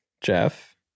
Jeff